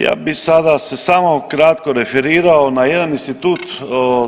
Ja bih sada se samo kratko referirao na jedan institut